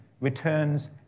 returns